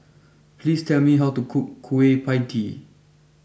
please tell me how to cook Kueh Pie Tee